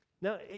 Now